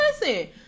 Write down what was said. listen